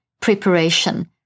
preparation